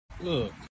Look